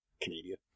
Canadian